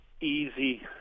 easy